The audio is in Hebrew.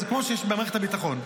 אז כמו שיש במערכת הביטחון,